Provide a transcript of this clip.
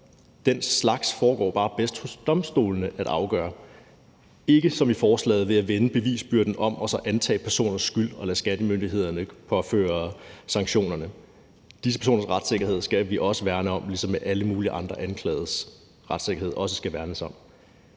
Den slags foregår det bare bedst hos domstolene at afgøre og ikke som i forslaget ved at vende bevisbyrden om og så antage personernes skyld og lade skattemyndighederne påføre sanktionerne. Disse personers retssikkerhed skal vi også værne om, ligesom der også skal værnes om